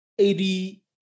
80%